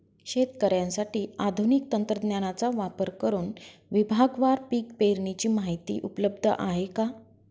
शेतकऱ्यांसाठी आधुनिक तंत्रज्ञानाचा वापर करुन विभागवार पीक पेरणीची माहिती उपलब्ध आहे का?